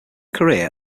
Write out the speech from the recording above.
career